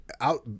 out